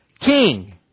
king